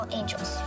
angels